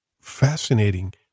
Fascinating